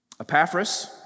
Epaphras